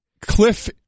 Cliff